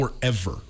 forever